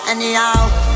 Anyhow